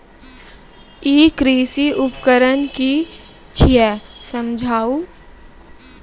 ई कृषि उपकरण कि छियै समझाऊ?